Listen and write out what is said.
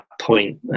point